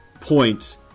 point